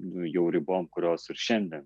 nu jau ribom kurios ir šiandien